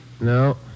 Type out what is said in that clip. No